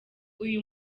uyu